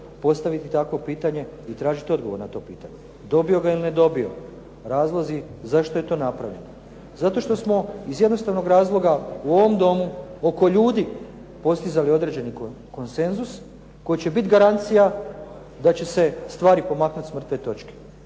postaviti takvo pitanje i tražiti odgovor na to pitanje. Dobio ga ili ne dobio, razlozi zašto je to napravljeno? Zato što smo iz jednostavnog razloga u ovom Domu oko ljudi postizali određeni konsenzus koji će biti garancija da će se stvari pomaknuti s mrtve točke.